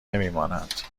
نمیماند